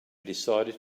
decided